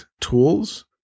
tools